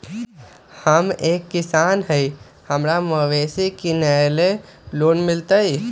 हम एक किसान हिए हमरा मवेसी किनैले लोन मिलतै?